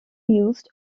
used